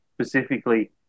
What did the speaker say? specifically